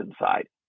inside